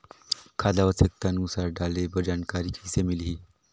खाद ल आवश्यकता अनुसार डाले बर जानकारी कइसे मिलही?